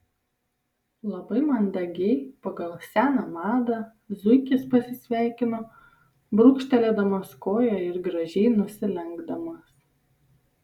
labai mandagiai pagal seną madą zuikis pasisveikino brūkštelėdamas koja ir gražiai nusilenkdamas